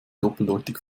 doppeldeutig